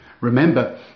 Remember